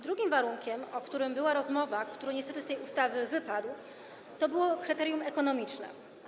Drugim warunkiem, o którym była rozmowa, który niestety z tej ustawy wypadł, było spełnianie kryterium ekonomicznego.